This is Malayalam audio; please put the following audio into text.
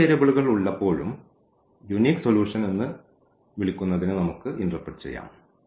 മൂന്ന് വേരിയബിളുകൾ ഉള്ളപ്പോഴും യൂണിക് സൊലൂഷൻ എന്ന് വിളിക്കുന്നതിനെ നമുക്ക് ഇന്റെർപ്രെറ്റ് ചെയ്യാം